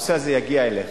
הנושא הזה יגיע אליך.